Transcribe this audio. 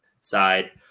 side